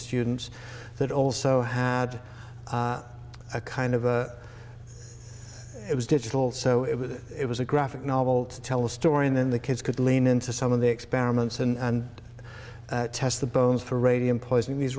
students that also had a kind of a it was digital so it was a graphic novel to tell a story and then the kids could lean into some of the experiments and test the bones for radium poisoning these